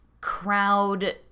crowd